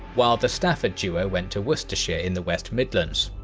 while the stafford duo went to worcestershire in the west midlands.